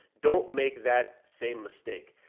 don't make that same mistake.